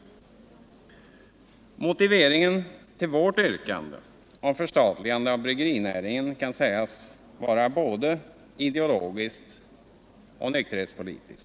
Motiveringen till vårt yrkande om förstatligande av bryggerinäringen kan sägas vara både ideologisk och nykterhetspolitisk.